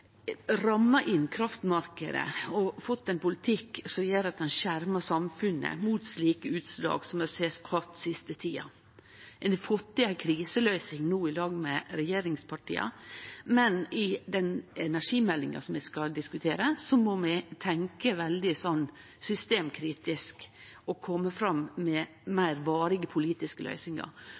ein politikk som gjer at ein skjermar samfunnet mot slike utslag som ein har sett den siste tida. Ein har fått til ei kriseløysing no i lag med regjeringspartia, men i samband med den energimeldinga som vi skal diskutere, må vi tenkje veldig systemkritisk og kome fram med meir varige politiske løysingar.